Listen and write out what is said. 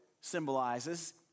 symbolizes